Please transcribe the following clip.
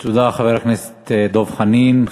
תודה, חבר הכנסת דב חנין.